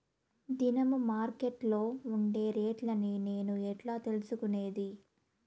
దినము మార్కెట్లో ఉండే రేట్లని నేను ఎట్లా తెలుసుకునేది?